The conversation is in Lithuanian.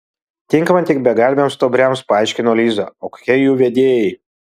tinkama tik begalviams stuobriams paaiškino liza o kokie jų vedėjai